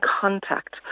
contact